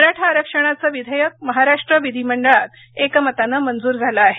मराठा आरक्षणाचं विधेयक महाराष्ट्र विधीमंडळात एकमतानं मंजूर झालं आहे